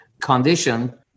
condition